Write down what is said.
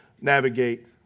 navigate